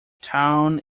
town